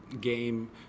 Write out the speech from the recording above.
game